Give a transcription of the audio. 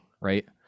right